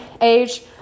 age